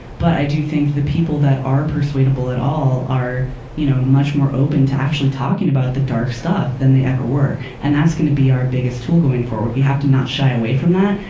but i do think the people that are persuadable at all are you know much more open to actually talking about the dark stuff than they ever were. and that's going to be our biggest tool going forward. we have to not shy away from that.